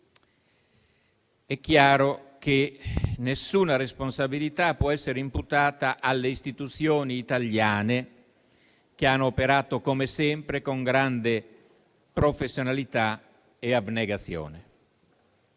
è chiaro che nessuna responsabilità può essere imputata alle istituzioni italiane, che hanno operato come sempre con grande professionalità e abnegazione.